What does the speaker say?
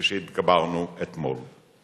כפי שהתגברנו אתמול.